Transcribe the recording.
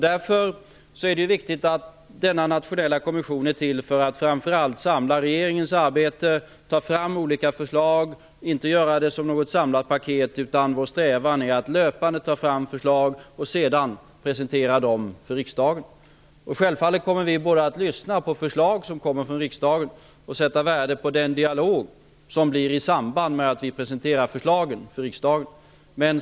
Därför är det viktigt att notera att denna nationella kommission är till för att framför allt samla regeringens arbete och ta fram olika förslag. Vi skall inte göra det som något samlat paket, utan vår strävan är att löpande ta fram förslag och sedan presentera dem för riksdagen. Självfallet kommer vi både att lyssna på förslag som kommer från riksdagen och att sätta värde på dialogen i samband med att vi presenterar förslagen för riksdagen.